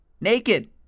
Naked